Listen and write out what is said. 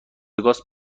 وگاس